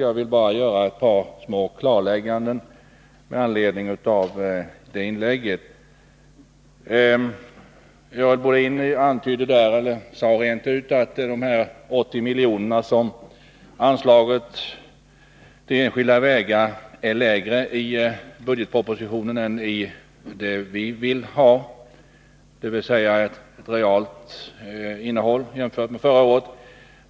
Jag vill därför göra ett par klarlägganden med anledning av hennes inlägg. Anslaget till enskilda vägar är 80 milj.kr. lägre i budgetpropositionen än vad vi vill ha. Görel Bohlin sade rent ut